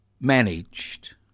managed